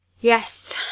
Yes